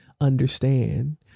understand